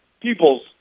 people's